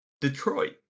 Detroit